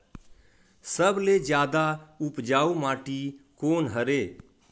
सबले जादा उपजाऊ माटी कोन हरे?